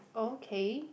okay